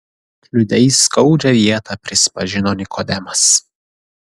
kliudei skaudžią vietą prisipažino nikodemas